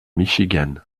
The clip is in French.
michigan